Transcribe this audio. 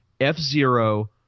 F-Zero